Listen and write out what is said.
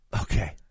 Okay